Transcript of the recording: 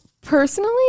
personally